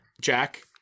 Jack